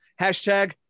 Hashtag